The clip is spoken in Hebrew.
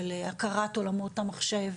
שלה הכרת עולמות המחשב,